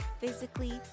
physically